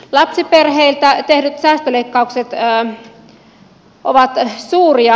lapsiperheiltä tehdyt säästöleikkaukset ovat suuria